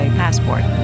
passport